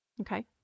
Okay